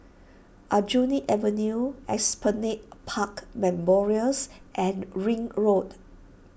Aljunied Avenue Esplanade Park Memorials and Ring Road